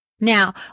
Now